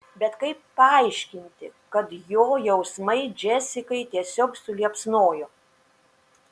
bet kaip paaiškinti kad jo jausmai džesikai tiesiog suliepsnojo